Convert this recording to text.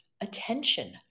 attention